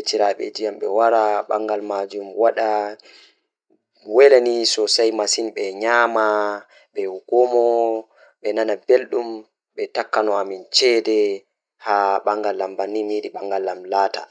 njilli e giteeri miɗo yiɗi mo fayda e fewndo ndem e waɗirnde ngoodi ɗi waɗi jonnaaɗi e yamiro.